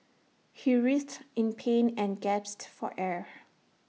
he writhed in pain and gasped for air